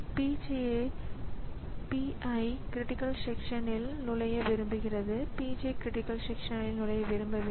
இதேபோல் ஒரு ப்ரோக்ராம் இன்னொன்றை உருவாக்க விரும்புகிறது அது மற்றொரு ப்ரோக்ராமை தொடங்க விரும்புகிறது